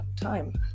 time